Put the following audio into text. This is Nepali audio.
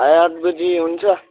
आठ बजी हुन्छ